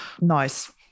nice